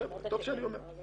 עכשיו